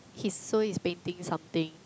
he sold his painting something